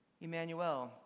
Emmanuel